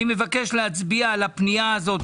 אני מבקש להצביע על הפנייה הזאת,